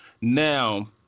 Now